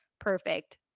perfect